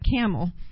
camel